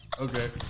Okay